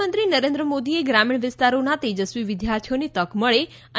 પ્રધાનમંત્રી નરેન્દ્ર મોદીએ ગ્રામીણ વિસ્તારોના તેજસ્વી વિદ્યાર્થીઓને તક મળે અને